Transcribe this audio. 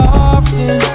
often